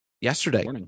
yesterday